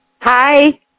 Hi